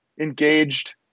engaged